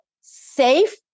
Safe